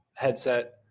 Headset